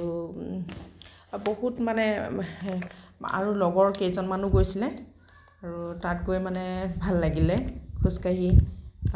আৰু বহুত মানে আৰু লগৰ কেইজনমানো গৈছিলে আৰু তাত গৈ মানে ভাল লাগিলে খোজকাঢ়ি